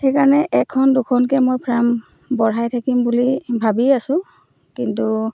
সেইকাৰণে এখন দুখনকৈ মই ফ্ৰাম বঢ়াই থাকিম বুলি ভাবি আছো কিন্তু